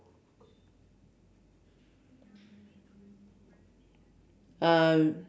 um